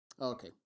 Okay